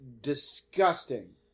disgusting